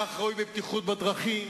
כך ראוי בבטיחות בדרכים,